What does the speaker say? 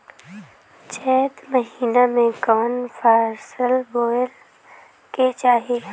चैत महीना में कवन फशल बोए के चाही?